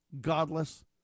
godless